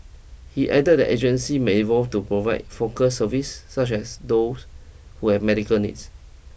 he added that agency may evolve to provide focused services such as those who have medical needs